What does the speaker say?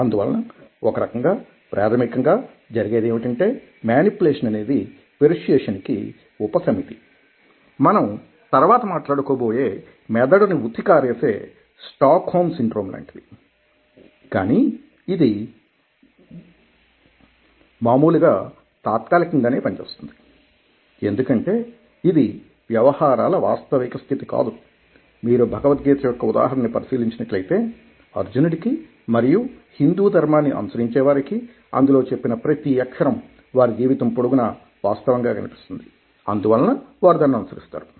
అందువలన ఒకరకంగా ప్రాథమికంగా జరిగేది ఏమిటంటే మేనిప్యులేషన్ అనేది పెర్సుయేసన్ కి ఉపసమితి మనం తర్వాత మాట్లాడుకో బోయే మెదడుని ఉతికి ఆరేసే స్టాక్ హోమ్ సిండ్రోమ్లాంటిది కానీ ఇది మామూలుగా తాత్కాలికంగానే పనిచేస్తుంది ఎందుకంటే ఇది వ్యవహారాల వాస్తవిక స్థితి కాదు మీరు భగవద్గీత యొక్క ఉదాహరణని పరిశీలించినట్లయితే అర్జునుడికి మరియు హిందూ ధర్మాన్ని అనుసరించే వారికి అందులో చెప్పిన ప్రతి అక్షరం వారి జీవితం పొడుగునా వాస్తవంగా కనిపిస్తుంది అందువలన వారు దానిని అనుసరిస్తారు